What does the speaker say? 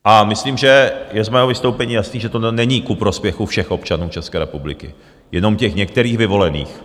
A myslím, že je z mého vystoupení jasné, že tohle není ku prospěchu všech občanů České republiky, jenom těch některých vyvolených.